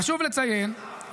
חשוב לציין,